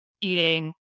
eating